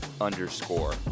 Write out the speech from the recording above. underscore